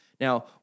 Now